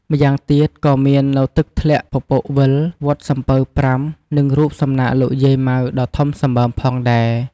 ម្យ៉ាងទៀត ក៏មាននៅទឹកធ្លាក់ពពកវិល វត្តសំពៅប្រាំ និងរូបសំណាកលោកយាយម៉ៅដ៏ធំសម្បើមផងដែរ។